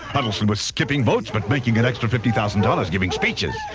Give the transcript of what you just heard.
huddleston was skipping votes but making an extra fifty thousand dollars giving speeches.